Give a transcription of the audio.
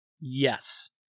Yes